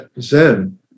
Zen